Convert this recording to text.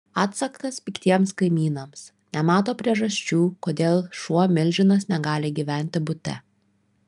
atsakas piktiems kaimynams nemato priežasčių kodėl šuo milžinas negali gyventi bute